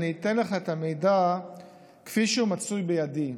אני אתן לך את המידע כפי שהוא מצוי בידי,